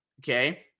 Okay